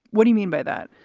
what do you mean by that?